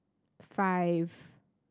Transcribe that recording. five